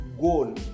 goal